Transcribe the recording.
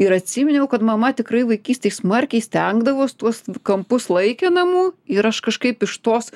ir atsiminiau kad mama tikrai vaikystėj smarkiai stengdavos tuos kampus laikė namų ir aš kažkaip iš tos